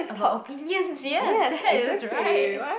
about opinions yes that is right